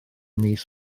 mis